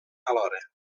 alhora